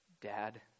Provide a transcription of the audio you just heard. Dad